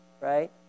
right